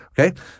Okay